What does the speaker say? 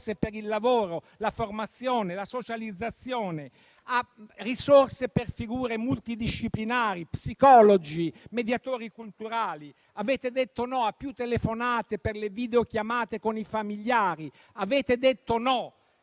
più risorse per il lavoro, la formazione, la socializzazione, a risorse per figure multidisciplinari (psicologi, mediatori culturali). Avete detto no a più telefonate per le videochiamate con i familiari; avete detto no